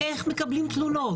איך מקבלים תלונות?